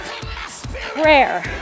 Prayer